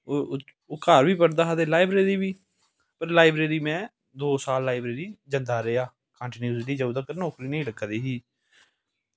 ते घर बी पढ़दा हा ते लाईब्रेरी बी ते लाईब्रेरी में दौ साल लाईब्रेरी में जंदा रेहा कंटीनूसली जंदा रेहा ते नौकरी नेईं लग्गा दी ही